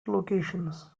locations